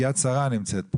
׳יד שרה׳ נמצאים פה,